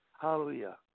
hallelujah